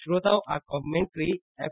શ્રોતાઓ આ commentary F